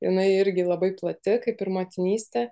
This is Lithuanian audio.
jinai irgi labai plati kaip ir motinystė